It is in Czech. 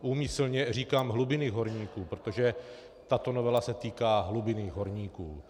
Úmyslně říkám hlubinných horníků, protože tato novela se týká hlubinných horníků.